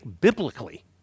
biblically